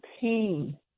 pain